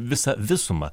visą visumą